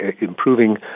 improving